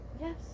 Yes